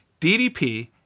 DDP